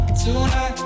tonight